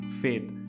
faith